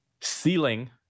ceiling